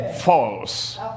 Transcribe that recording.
false